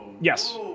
Yes